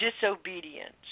disobedience